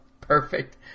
Perfect